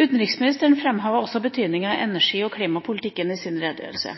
Utenriksministeren framhevet også betydningen av energi- og klimapolitikken i sin redegjørelse.